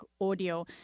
audio